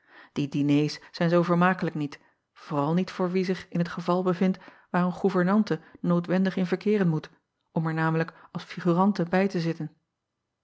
die diners zijn zoo vermakelijk niet vooral niet voor wie zich in het geval bevindt waar een goevernante noodwendig in verkeeren moet om er namelijk als figurante bij te zitten